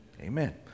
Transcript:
Amen